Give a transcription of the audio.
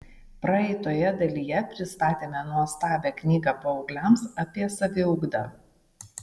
praeitoje dalyje pristatėme nuostabią knygą paaugliams apie saviugdą